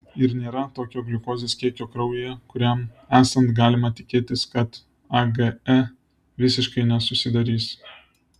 ir nėra tokio gliukozės kiekio kraujyje kuriam esant galima tikėtis kad age visiškai nesusidarys